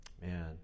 man